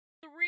three